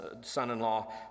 son-in-law